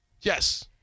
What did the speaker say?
Yes